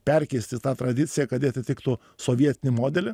perkeisti tą tradiciją kad ji atitiktų sovietinį modelį